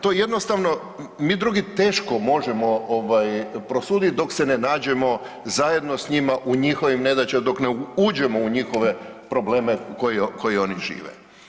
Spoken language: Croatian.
To jednostavno mi drugi teško možemo prosuditi dok se ne nađemo zajedno sa njima u njihovim nedaćama, dok ne uđemo u njihove probleme u kojima oni žive.